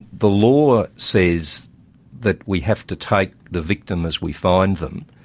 the law says that we have to take the victim as we find them,